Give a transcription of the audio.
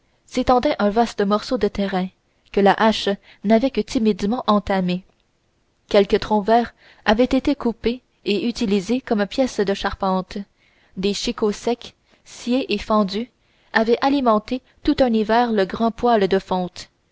s'étendait un vaste morceau de terrain que la hache n'avait que timidement entamé quelques troncs verts avaient été coupés et utilisés comme pièces de charpente de chicots secs sciés et fendus avaient alimenté tout un hiver le grand poêle de fonte